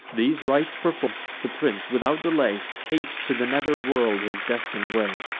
these rites perform'd, the prince, without delay, hastes to the nether world his destin'd way.